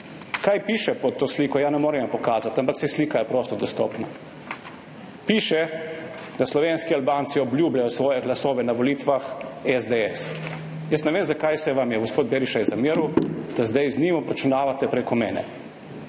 Kaj piše pod to sliko? Ja, ne morem pokazati, ampak saj je slika prosto dostopna. Piše, da slovenski Albanci obljubljajo svoje glasove SDS na volitvah. Jaz ne vem, zakaj se vam je gospod Berishaj zameril, da zdaj z njim obračunavate prek mene,